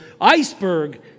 Iceberg